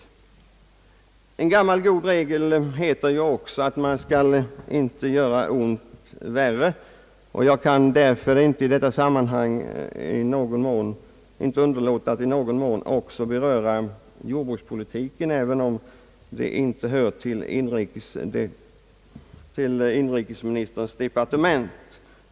Det är ju en gammal god regel att man inte skall göra ont värre, och jag kan därför inte underlåta att i detta sammanhang också något beröra jordbrukspolitiken, även om den inte sorterar under inrikesdepartementet.